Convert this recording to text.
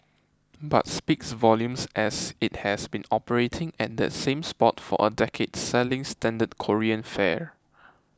but speaks volumes as it has been operating at that same spot for a decade selling standard Korean fare